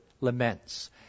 laments